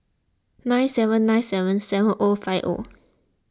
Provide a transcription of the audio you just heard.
nine seven nine seven seven O five O